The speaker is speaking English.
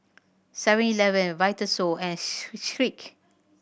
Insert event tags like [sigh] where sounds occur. Seven Eleven Vitasoy and [unintelligible] Schick